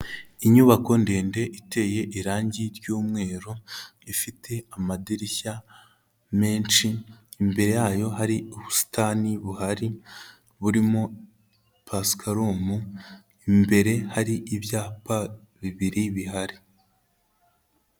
Inyubako ndende iteye irangi ry'umweru, ifite amadirishya menshi, imbere yayo hari ubusitani buhari burimo pasikarumu, imbere hari ibyapa bibiri bihari.